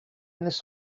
this